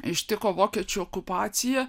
ištiko vokiečių okupacija